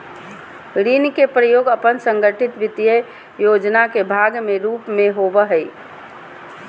ऋण के प्रयोग अपन संगठित वित्तीय योजना के भाग के रूप में होबो हइ